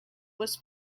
was